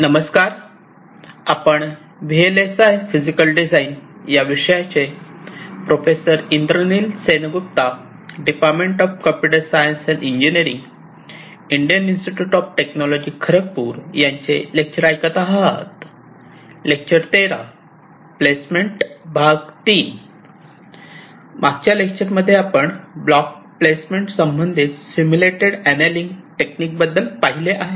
मागच्या लेक्चरमध्ये आपण ब्लॉक प्लेसमेंट संबंधित सिम्युलेटेड अनेलिंग टेक्निक बद्दल पाहिले आहे